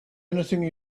anything